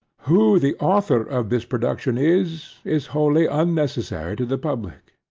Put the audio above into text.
who the author of this production is, is wholly unnecessary to the public,